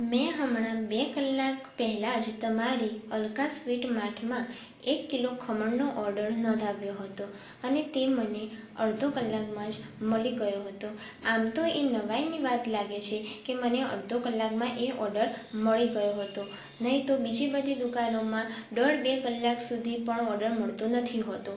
મેં હમણાં બે કલાક પહેલાં જ તમારી અલ્કા સ્વીટ માર્ટમાં એક કિલો ખમણનો ઓર્ડર નોંધાવ્યો હતો અને તે મને અડધો કલાકમાં જ મળી ગયો હતો આમ તો એ નવાઈની વાત લાગે છે કે મને અડધો કલાકમાં એ ઓર્ડર મળી ગયો હતો નહીં તો બીજી બધી દુકાનોમાં દોઢ બે કલાક સુધી પણ ઓર્ડર મળતો નથી હોતો